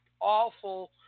awful